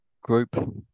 group –